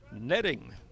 netting